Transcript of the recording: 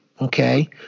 Okay